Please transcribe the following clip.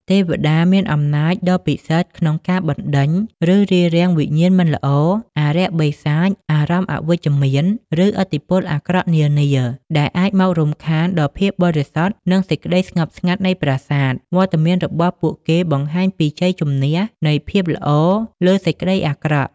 ទេវតាមានអំណាចដ៏ពិសិដ្ឋក្នុងការបណ្ដេញ ឬរារាំងវិញ្ញាណមិនល្អ អារក្សបិសាច អារម្មណ៍អវិជ្ជមាន ឬឥទ្ធិពលអាក្រក់នានា ដែលអាចមករំខានដល់ភាពបរិសុទ្ធ និងសេចក្ដីស្ងប់ស្ងាត់នៃប្រាសាទ វត្តមានរបស់ពួកគេបង្ហាញពីជ័យជំនះនៃភាពល្អលើសេចក្តីអាក្រក់។